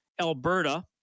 Alberta